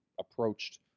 approached